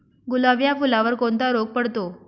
गुलाब या फुलावर कोणता रोग पडतो?